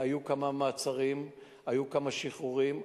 היו כמה מעצרים, היו כמה שחרורים.